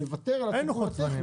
לוותר על התיקון הטכני.